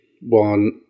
one